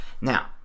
now